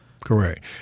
Correct